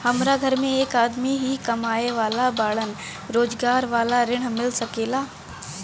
हमरा घर में एक आदमी ही कमाए वाला बाड़न रोजगार वाला ऋण मिल सके ला?